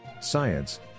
Science